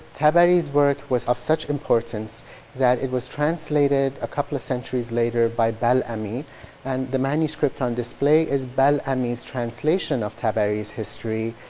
tabari's work was of such importance that it was translated a couple of centuries later by bal'ami and the manuscript on display is bal'ami's translation of tabari's history.